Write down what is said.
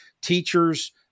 teachers